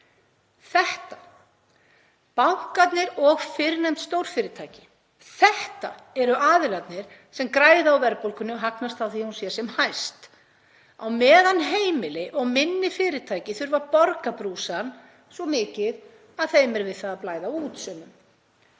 hagnað. Bankarnir og fyrrnefnd stórfyrirtæki, þetta eru aðilarnir sem græða á verðbólgunni og hagnast á því að hún sé sem hæst á meðan heimili og minni fyrirtæki þurfa að borga brúsann, svo mikið að þeim er sumum við það að blæða út.